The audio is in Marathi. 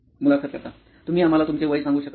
मुलाखत कर्ता तुम्ही आम्हाला तुमचे वय सांगु शकता का